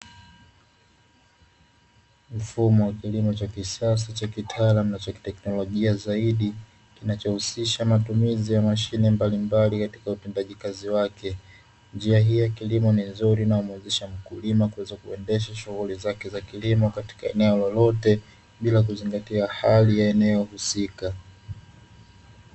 Mfumo wa kilimo cha kisasa, cha kitaalamu na cha kiteknolojia zaidi, kinachohusisha matumizi ya mashine mbalimbali katika utendaji kazi wake. Njia hiyo ya kilimo ni nzuri na humuwezesha mkulima kuweza kuendesha shughuli zake za kilimo katika eneo lolote bila kuzingatia hali ya eneo husika.